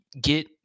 get